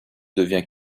devient